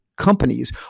Companies